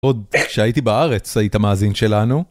עוד כשהייתי בארץ היית מאזין שלנו